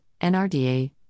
NRDA